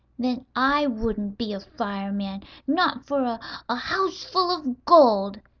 then i wouldn't be a fireman, not for a a house full of gold!